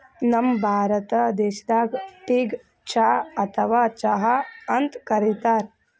ನಮ್ ಭಾರತ ದೇಶದಾಗ್ ಟೀಗ್ ಚಾ ಅಥವಾ ಚಹಾ ಅಂತ್ ಕರಿತಾರ್